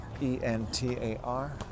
E-N-T-A-R